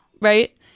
right